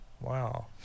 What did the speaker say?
Wow